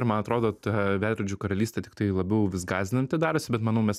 ir man atrodo ta veidrodžių karalystė tiktai labiau vis gąsdinanti darosi bet manau mes